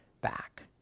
back